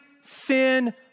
sin